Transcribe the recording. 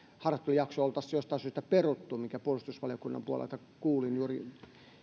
harjoittelujakso oltaisiin jostain syystä peruttu minkä puolustusvaliokunnan puolelta kuulin juuri